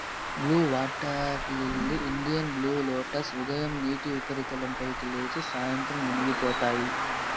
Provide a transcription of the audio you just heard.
blue water lily, Indian blue lotus ఉదయం నీటి ఉపరితలం పైకి లేచి, సాయంత్రం మునిగిపోతాయి